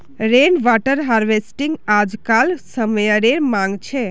rain water harvesting आज्कार समयेर मांग छे